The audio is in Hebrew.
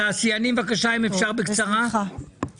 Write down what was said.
התעשיינים, אם אפשר בקצרה, בבקשה.